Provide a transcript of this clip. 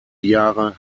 jahre